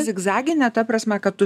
zigzagine ta prasme kad tu